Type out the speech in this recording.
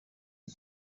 dei